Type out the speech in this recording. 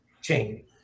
chain